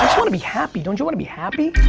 um want to be happy. don't you want to be happy?